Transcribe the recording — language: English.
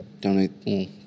donate